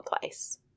place